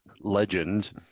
legend